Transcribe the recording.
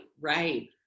Right